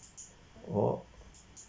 oh